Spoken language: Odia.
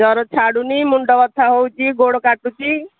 ଜ୍ୱର ଛାଡ଼ୁନି ମୁଣ୍ଡ ବଥା ହେଉଛି ଗୋଡ଼ କାଟୁଛି